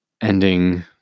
ending